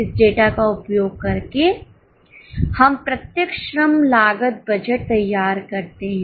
इस डेटा का उपयोग करके हम प्रत्यक्ष श्रम लागत बजट तैयार करते हैं